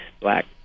black